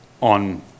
on